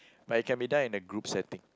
but it can be done in a group setting